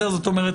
זאת אומרת,